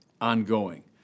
ongoing